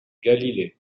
galilée